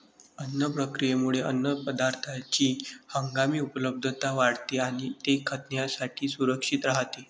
अन्न प्रक्रियेमुळे अन्नपदार्थांची हंगामी उपलब्धता वाढते आणि ते खाण्यासाठी सुरक्षित राहते